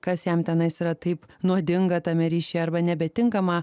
kas jam tenais yra taip nuodinga tame ryšyje arba nebetinkama